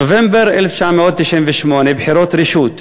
נובמבר 1998, בחירות לרשות,